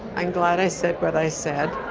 i'm glad i said what i said.